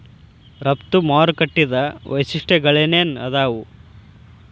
ರಫ್ತು ಮಾರುಕಟ್ಟಿದ್ ವೈಶಿಷ್ಟ್ಯಗಳೇನೇನ್ ಆದಾವು?